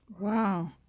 Wow